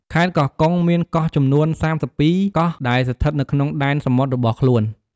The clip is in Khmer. ខេត្តកោះកុងមាន កោះចំនួន ៣២ កោះដែលស្ថិតនៅក្នុងដែនសមុទ្ររបស់ខ្លួន។